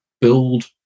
build